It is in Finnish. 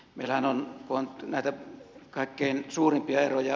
meillähän on näitä kaikkein suurimpia eroja